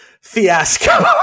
fiasco